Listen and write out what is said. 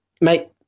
Mate